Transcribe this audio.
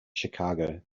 chicago